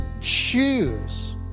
choose